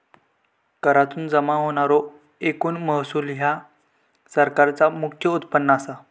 करातुन जमा होणारो एकूण महसूल ह्या सरकारचा मुख्य उत्पन्न असा